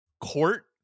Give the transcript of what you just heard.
court